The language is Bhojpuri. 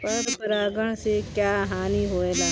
पर परागण से क्या हानि होईला?